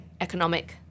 economic